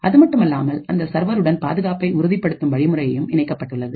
அதுமட்டுமல்லாமல் அந்த சர்வருடன் பாதுகாப்பை உறுதிப்படுத்தும் வழிமுறையும் இணைக்கப்பட்டுள்ளது